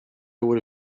would